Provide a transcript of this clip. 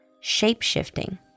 Shape-shifting